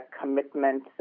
commitment